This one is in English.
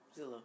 Zillow